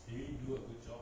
we would withdraw